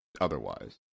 otherwise